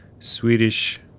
Swedish